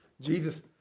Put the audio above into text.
Jesus